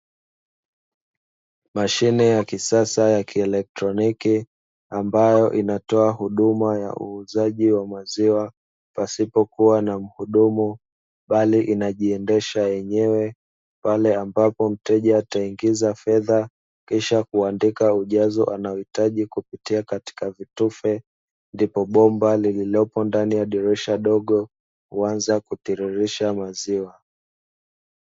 Mashine ya kisasa ya kielektroniki ambayo inatoa huduma ya uuzaji wa maziwa, pasipokuwa na mhudumu bali inajiendesha yenyewe, pale ambapo mteja ataingiza fedha kisha kuandika ujazo anaohitaji kupitia katika vitufe ndipo bomba lililopo ndani ya dirisha dogo huanza kutiririsha maziwa.